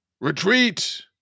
Retreat